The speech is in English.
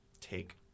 take